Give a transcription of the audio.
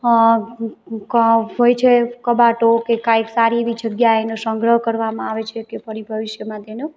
કબ હોય છે કબાટો કે કંઈક સારી એવી જગ્યાએ એનો સંગ્રહ કરવામાં આવે છે કે ફરી ભવિષ્યમાં તેનો